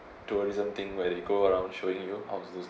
tourism thing where they go around showing you how was those